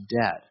dead